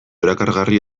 erakargarri